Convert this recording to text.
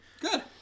Good